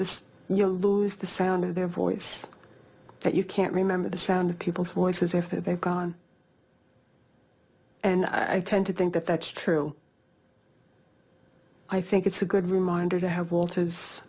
this you lose the sound of their voice that you can't remember the sound of people's voices or for their god and i tend to think that that's true i think it's a good reminder to have walter